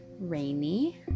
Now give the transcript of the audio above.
rainy